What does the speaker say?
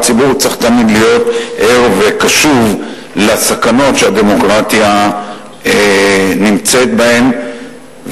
והציבור צריך תמיד להיות ער וקשוב לסכנות שהדמוקרטיה נמצאת בהן.